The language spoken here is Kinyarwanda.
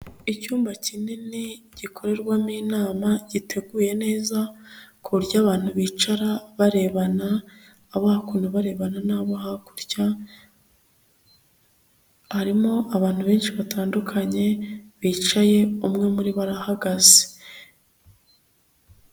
Icyumba kinini gikorerwamo inama giteguye neza, kuburyo abantu bicara barebana, abo hakuno barebana n'abo hakurya, harimo abantu benshi batandukanye bicaye umwe muri bo arahagaze.